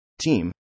Team